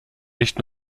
nicht